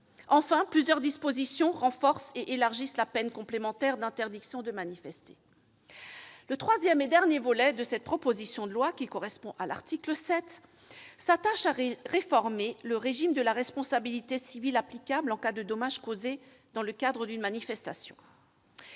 Enfin, plusieurs dispositions renforcent et élargissent la peine complémentaire d'interdiction de manifester. Le troisième volet de la proposition de loi consiste en une réforme, prévue à l'article 7, du régime de la responsabilité civile applicable en cas de dommages causés dans le cadre d'une manifestation.